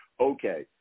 okay